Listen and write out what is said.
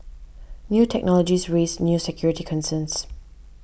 new technologies raise new security concerns